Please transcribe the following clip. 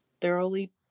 thoroughly